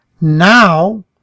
Now